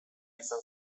izan